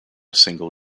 single